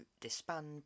disband